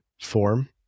form